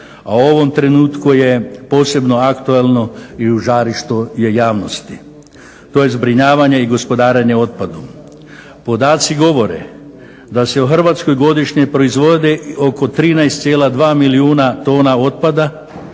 a u ovom trenutku je posebno aktualno i u žarištu je javnosti. To je zbrinjavanje i gospodarenje otpadom. Podaci govore da se u Hrvatskoj godišnje proizvodi oko 13,2 milijuna tona otpada